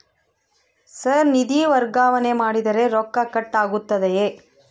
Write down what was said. Sir ನಿಧಿ ವರ್ಗಾವಣೆ ಮಾಡಿದರೆ ರೊಕ್ಕ ಕಟ್ ಆಗುತ್ತದೆಯೆ?